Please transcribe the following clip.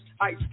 Ice